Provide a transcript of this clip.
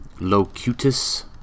Locutus